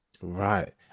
Right